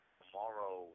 tomorrow